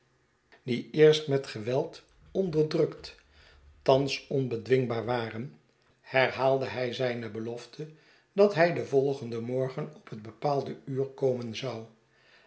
die eerst met geschetsen van boz weld onderdrukt thans onbedwingbaar waren herhaalde hij zijne belofte dat hij den volgenden morgen op het bepaalde uur komen zou